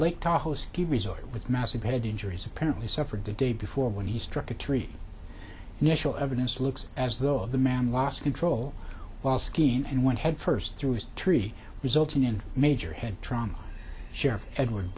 lake tahoe ski resort with massive head injuries apparently suffered the day before when he struck a tree national evidence looks as though the man lost control while skiing and went head first through his tree resulting in major head trauma sheriff edward